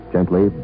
Gently